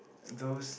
those